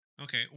okay